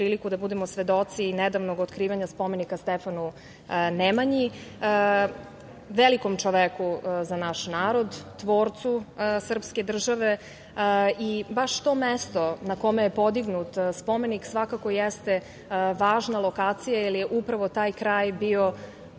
da budemo svedoci nedavnog otkrivanja spomenika Stefanu Nemanji, velikom čoveku za naš narod, tvorcu srpske države. Baš to mesto na kome je podignut spomenik svakako jeste važna lokacija, jer je upravo taj kraj bio,